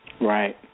Right